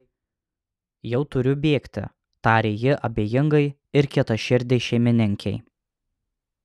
jau turiu bėgti tarė ji abejingai ir kietaširdei šeimininkei